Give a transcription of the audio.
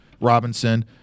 Robinson